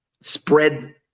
spread